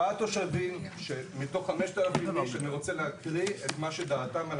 ועד תושבים שמתוך 5,000 איש אני רוצה להקריא את שדעתם על